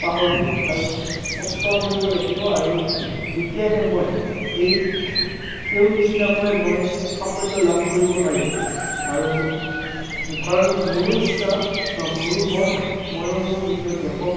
পাহৰি আৰু কষ্ট কৰিব লাগিব আৰু তেতিয়াহে মই এই তেওঁ নিচিনাকৈ মই সাফল্য লাভ কৰিব পাৰিম আৰু কাৰণ মোৰো ইচ্ছা বা মোৰো মন মইয়ো মোৰ নিজৰ দেশক